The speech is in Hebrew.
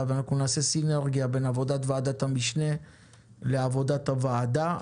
ואנחנו נעשה סינרגיה בין עבודת ועדת המשנה לעבודת הוועדה.